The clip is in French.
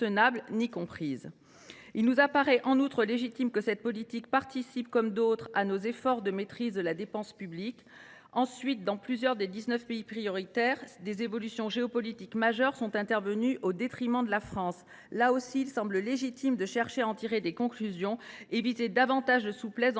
Il nous apparaît, en outre, légitime que cette politique participe, comme d’autres, à nos efforts de maîtrise de la dépense publique. Ensuite, dans plusieurs des dix neuf pays prioritaires, des évolutions géopolitiques majeures sont intervenues, au détriment de la France. Il semble, une fois encore, justifié d’en tirer des conclusions et de viser davantage de souplesse dans